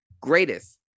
greatest